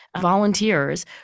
volunteers